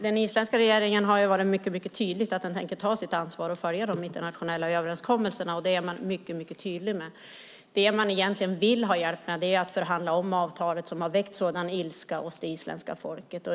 Fru talman! Det har varit mycket tydligt att den isländska regeringen tänker ta sitt ansvar och följa de internationella överenskommelserna. Det är man mycket tydlig med. Det man egentligen vill ha hjälp med är att förhandla om avtalet, som har väckt sådan ilska hos det isländska folket.